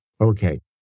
Okay